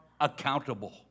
accountable